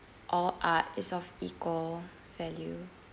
all art is of equal value